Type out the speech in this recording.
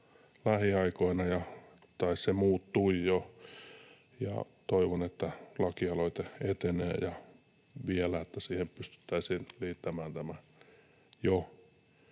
lähiaikoina, tai se muuttui jo, ja toivon, että lakialoite etenee ja vielä, että siihen pystyttäisiin liittämään tämä jo